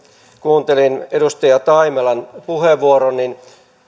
kuuntelin edustaja taimelan puheenvuoron niin